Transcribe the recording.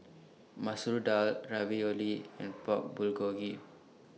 Masoor Dal Ravioli and Pork Bulgogi